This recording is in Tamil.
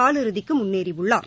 கால் இறுதிக்கு முன்னேறியுள்ளார்